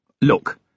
Look